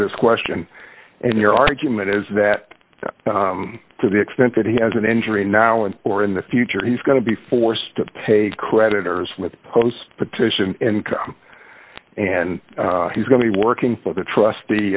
this question and your argument is that to the extent that he has an injury now and or in the future he's going to be forced to pay creditors with post petition income and he's going to be working for the trust